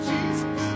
Jesus